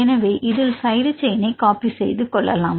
எனவே இதில் சைடு செயினை காப்பி செய்து கொள்ளலாம்